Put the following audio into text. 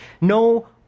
No